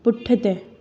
पुठिते